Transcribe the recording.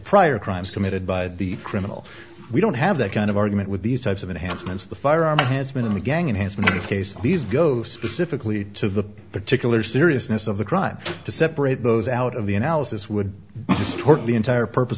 prior crimes committed by the criminal we don't have that kind of argument with these types of enhancements the firearm has been in the gang and has made its case these go specifically to the particular seriousness of the crime to separate those out of the analysis would distort the entire purpose